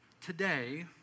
Today